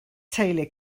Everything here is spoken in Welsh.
teulu